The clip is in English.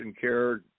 care